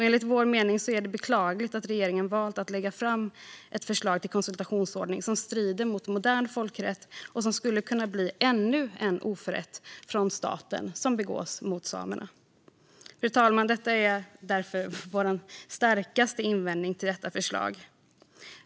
Enligt vår mening är det beklagligt att regeringen valt att lägga fram ett förslag till konsultationsordning som strider mot modern folkrätt och som skulle kunna bli ännu en oförrätt från staten som begås mot samerna. Detta, fru talman, är därför vår starkaste invändning mot förslaget.